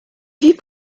vies